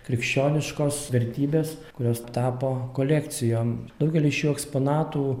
krikščioniškos vertybės kurios tapo kolekcijom daugelis šių eksponatų